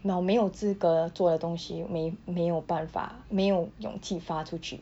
我没有资格做的东西没没有办法没有勇气发出去